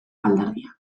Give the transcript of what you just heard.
aldarria